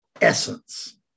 essence